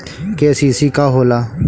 KCC का होला?